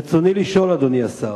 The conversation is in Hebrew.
רצוני לשאול, אדוני השר: